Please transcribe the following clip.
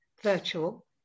virtual